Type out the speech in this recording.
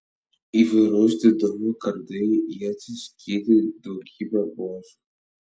įvairaus didumo kardai ietys skydai daugybė buožių